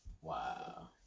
Wow